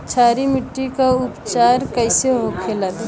क्षारीय मिट्टी का उपचार कैसे होखे ला?